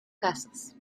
casas